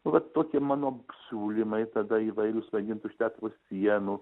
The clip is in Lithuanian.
vat tokie mano siūlymai tada įvairius vaidint už teatro sienų